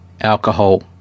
alcohol